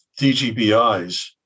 DGBIs